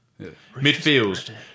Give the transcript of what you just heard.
Midfield